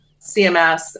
CMS